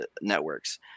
networks